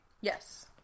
Yes